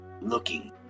looking